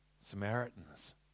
Samaritans